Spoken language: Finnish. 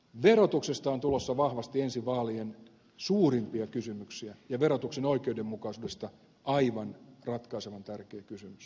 verotuksesta on tulossa vahvasti ensi vaalien suurimpia kysymyksiä ja verotuksen oikeudenmukaisuudesta aivan ratkaisevan tärkeä kysymys